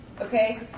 okay